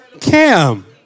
Cam